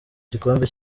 igikombe